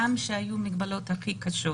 גם כשהיו המגבלות הכי קשות.